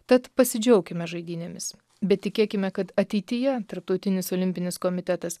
tad pasidžiaukime žaidynėmis bet tikėkime kad ateityje tarptautinis olimpinis komitetas